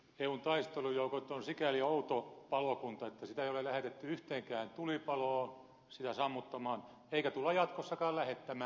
eun taistelujoukot on sikäli outo palokunta että sitä ei ole lähetetty yhteenkään tulipaloon sammuttamaan eikä tulla jatkossakaan lähettämään